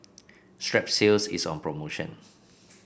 Strepsils is on promotion